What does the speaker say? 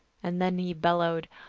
and then he bellowed,